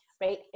right